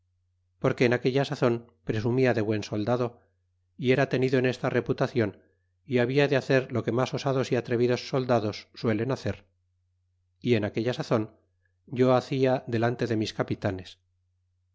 porque en aquella sazon presumia de buen soldado y era tenido en esta reputacion y habla de hacer lo que mas osados y atrevidos soldados suelen hacer y en aquella sazon yo hacia delante de mis capitanes